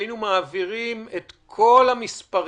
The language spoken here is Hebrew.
בהן היינו מעבירים את כל הפרטים